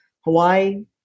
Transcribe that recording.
Hawaii